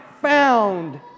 found